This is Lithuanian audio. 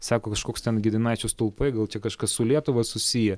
sako kažkoks ten gediminaičių stulpai gal čia kažkas su lietuva susiję